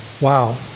Wow